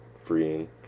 freeing